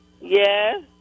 Yes